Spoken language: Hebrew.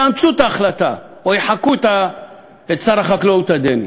יאמצו את ההחלטה או יחקו את שר החקלאות הדני.